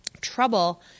trouble